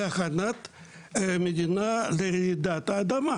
להכנת המדינה לרעידת אדמה